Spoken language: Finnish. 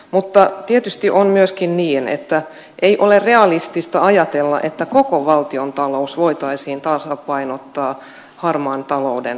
mutta tietysti on myöskin niin että ei ole realistista ajatella että koko valtiontalous voitaisiin tasapainottaa harmaan talouden torjunnalla